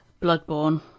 Bloodborne